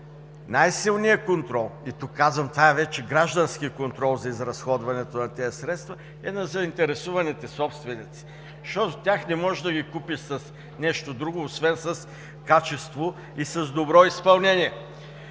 най-силният контрол, тук казвам, това вече е гражданският контрол за изразходването на тези средства, е на заинтересованите собственици. Защото тях не можеш да ги купиш с нещо друго, освен с качество и с добро изпълнение.